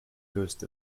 ghost